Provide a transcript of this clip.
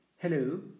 Hello